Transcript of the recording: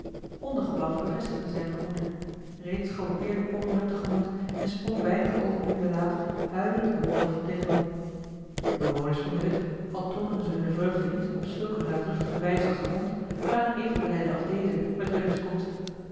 hondengeblaf bevestigde zijn vermoeden reeds galoppeerde pollo hem te gemoet en sprong weinige oogenblikken later huilend en blaffend tegen hem op de bewoners van de hut al toonden ze hunne vreugde niet op zulke eene luidruchtige wijze als de hond waren even blijde als deze met willems komst